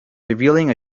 revealing